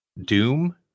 Doom